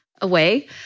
away